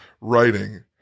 writing